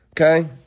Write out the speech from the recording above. okay